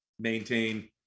maintain